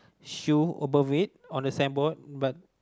shoe above it the signboard but